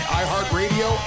iHeartRadio